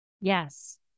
Yes